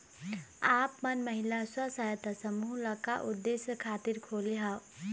आप मन महिला स्व सहायता समूह ल का उद्देश्य खातिर खोले हँव?